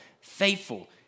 faithful